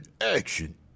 action